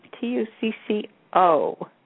T-U-C-C-O